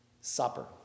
supper